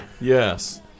Yes